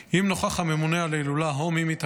אם נוכח הממונה על ההילולה או מי מטעמו